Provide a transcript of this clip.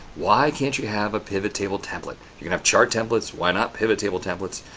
why can't you have a pivot table template? you have chart templates why not pivot table templates?